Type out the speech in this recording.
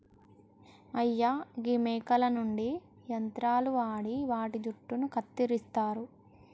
అయ్యా గీ మేకల నుండి యంత్రాలు వాడి వాటి జుట్టును కత్తిరిస్తారు